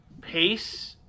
pace